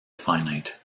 finite